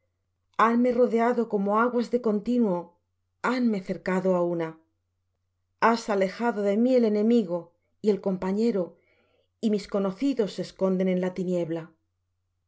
hanme rodeado como aguas de continuo hanme cercado á una has alejado de mí el enemigo y el compañero y mis conocidos se esconden en la tiniebla